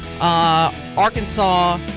Arkansas